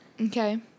Okay